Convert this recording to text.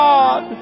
God